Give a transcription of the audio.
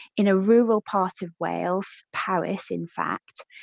in a rural part of wales, powys in fact,